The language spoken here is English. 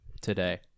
today